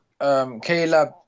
Caleb